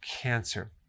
cancer